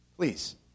Please